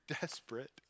desperate